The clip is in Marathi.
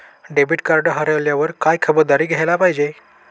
डेबिट कार्ड हरवल्यावर काय खबरदारी घ्यायला पाहिजे?